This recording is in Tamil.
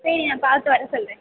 சரி நான் பார்த்து வர சொல்கிறேன்